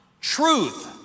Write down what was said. truth